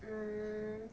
mm